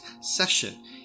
session